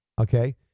okay